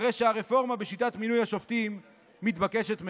הרי שהרפורמה בשיטת מינוי השופטים מתבקשת מאליה.